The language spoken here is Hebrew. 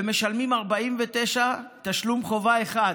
ומשלמים 49 תשלום חובה אחד,